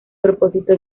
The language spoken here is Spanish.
propósito